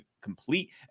complete